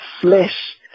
flesh